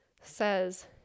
says